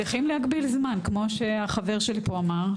צריכים להגביל זמן, כמו שהחבר שלי פה אמר.